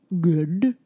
Good